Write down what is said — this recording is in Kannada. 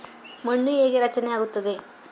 ಮಣ್ಣು ಹೇಗೆ ರಚನೆ ಆಗುತ್ತದೆ?